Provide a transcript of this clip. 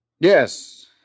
Yes